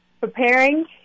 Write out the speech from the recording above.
preparing